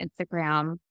Instagram